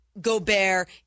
Gobert